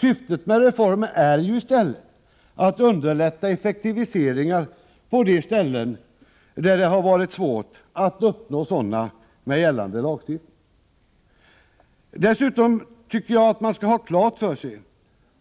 Syftet med reformen är i stället att underlätta effektiviseringar på de ställen där det har varit svårt att uppnå sådana med gällande lagstiftning. Dessutom bör man ha klart för sig